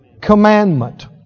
commandment